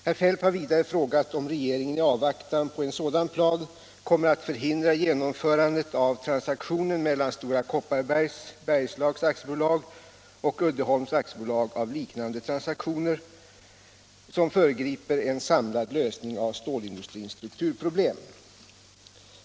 Herr Feldt har vidare frågat om regeringen i avvaktan på en sådan plan kommer att förhindra genomförandet av transaktionen mellan Stora Kopparbergs Bergslags AB och Uddeholms AB och av liknande transaktioner, som föregriper en samlad lösning av stålindustrins strukturproblem.